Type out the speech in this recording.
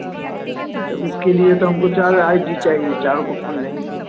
अच्छा त उसके लिए तो हमकों चार आई डी चाहिए चार गो फ़ोन लेंगे तो